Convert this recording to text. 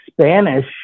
Spanish